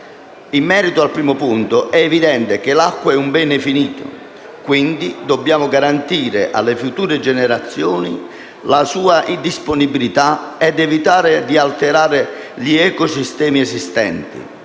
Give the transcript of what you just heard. In merito al primo punto, è evidente che l’acqua è un bene «finito», quindi dobbiamo garantire alle future generazioni la sua disponibilità ed evitare di alterare gli ecosistemi esistenti.